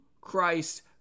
Christ